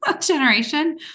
generation